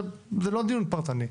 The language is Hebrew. זה לא דיון פרטני.